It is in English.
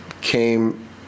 came